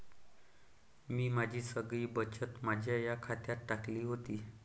मी माझी सगळी बचत माझ्या या घरात टाकली होती